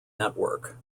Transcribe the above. network